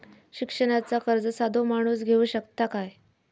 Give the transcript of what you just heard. शिक्षणाचा कर्ज साधो माणूस घेऊ शकता काय?